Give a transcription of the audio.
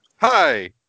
hi